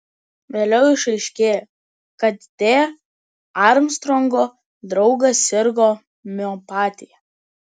vėliau išaiškėjo kad t armstrongo draugas sirgo miopatija